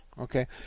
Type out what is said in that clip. okay